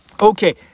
Okay